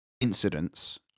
incidents